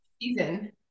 Season